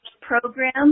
program